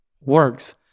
works